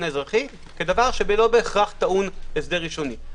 האזרחי כדבר שלא בהכרח טעון הסדר ראשוני.